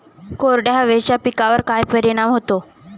कोरड्या हवेचा पिकावर काय परिणाम होतो?